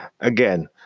again